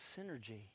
synergy